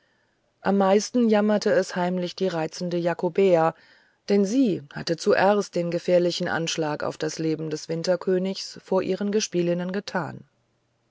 am meisten jammerte heimlich die reizende jakobea denn sie hatte zuerst den gefährlichen anschlag auf das leben des winterkönigs vor ihren gespielinnen getan